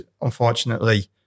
unfortunately